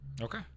Okay